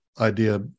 idea